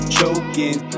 choking